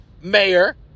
Mayor